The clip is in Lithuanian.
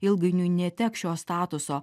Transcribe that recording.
ilgainiui neteks šio statuso